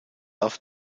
auf